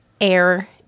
Air